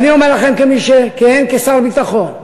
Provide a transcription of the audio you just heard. ואני אומר לכם כמי שכיהן כשר ביטחון: